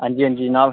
हांजी हांजी जनाब